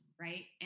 right